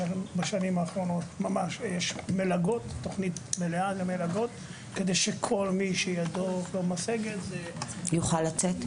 יש תכנית מלאה למלגות כדי שכל מי שידו לא משגת יוכל לצאת.